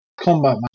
combat